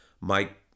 Mike